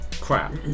crap